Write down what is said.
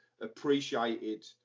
appreciated